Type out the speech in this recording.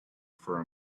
for